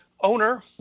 owner